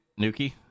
nuki